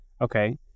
Okay